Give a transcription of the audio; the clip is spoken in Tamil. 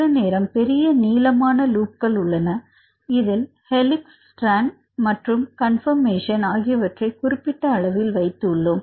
சில நேரம் பெரிய நீளமான லூப்ப்புகள் உள்ளன இதில் ஹெலிக்ஸ் ஸ்ட்ராண்ட் மற்றும் கான்போர்மஷன் ஆகியவற்றை குறிப்பிட்ட அளவில் வைத்து உள்ளோம்